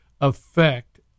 effect